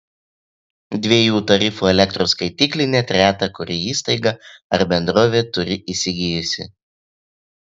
dviejų tarifų elektros skaitiklį net reta kuri įstaiga ar bendrovė turi įsigijusi